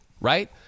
right